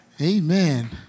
Amen